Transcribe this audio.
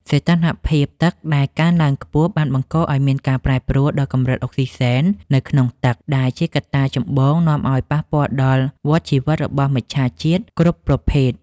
សីតុណ្ហភាពទឹកដែលកើនឡើងខ្ពស់បានបង្កឱ្យមានការប្រែប្រួលដល់កម្រិតអុកស៊ីសែននៅក្នុងទឹក ដែលជាកត្តាចម្បងនាំឱ្យប៉ះពាល់ដល់វដ្តជីវិតរបស់មច្ឆជាតិគ្រប់ប្រភេទ។